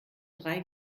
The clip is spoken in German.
drei